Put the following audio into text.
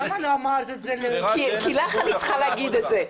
למה לא אמרת לזה ל --- כי לך אני צריכה להגיד את זה,